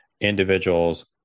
individuals